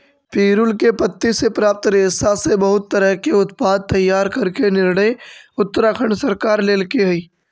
पिरुल के पत्ति से प्राप्त रेशा से बहुत तरह के उत्पाद तैयार करे के निर्णय उत्तराखण्ड सरकार लेल्के हई